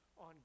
on